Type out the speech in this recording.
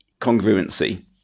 congruency